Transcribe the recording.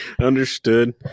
Understood